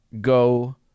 go